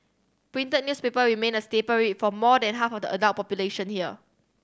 printed newspaper remain a staple read for more than half of the adult population here